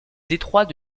détroit